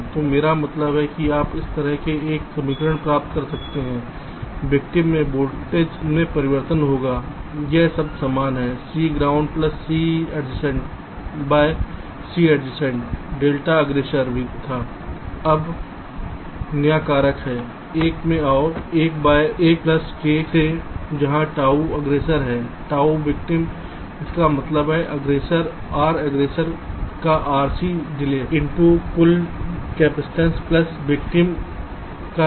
तो मेरा मतलब है कि आप इस तरह से एक समीकरण प्राप्त कर सकते हैं विक्टिम में वोल्टेज में परिवर्तन होगा यह शब्द समान है C groung plus C adjacent by C adjacent delta aggressor था अब यह नया कारक है 1 में आओ 1बाय 1 प्लस k से जहां k ताऊ अग्ग्रेसर है ताऊ विक्टिम इसका मतलब है अग्ग्रेसर R aggressor का RC डिले इन टू कुल कपसिटंस प्लस विक्टिम का यह R